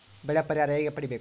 ಬೆಳೆ ಪರಿಹಾರ ಹೇಗೆ ಪಡಿಬೇಕು?